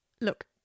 Look